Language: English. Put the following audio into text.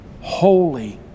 Holy